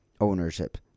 ownership